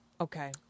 Okay